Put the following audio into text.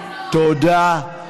לא, לא.